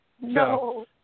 No